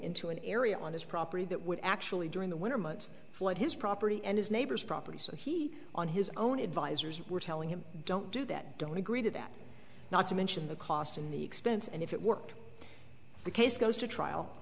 into an area on his property that would actually during the winter months flood his property and his neighbor's property so he on his own advisers were telling him don't do that don't agree to that not to mention the cost in the expense and if it worked the case goes to trial